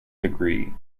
degree